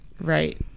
right